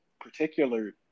particular